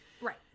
Right